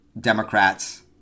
Democrats